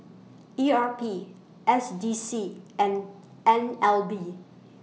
E R P S D C and N L B